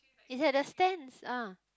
it's at the stance ah